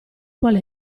qual